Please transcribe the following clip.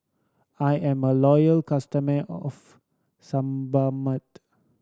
I am a loyal customer of Sebamed